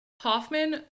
Hoffman